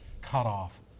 cutoff